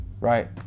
Right